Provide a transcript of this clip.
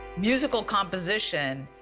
musical composition,